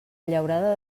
llaurada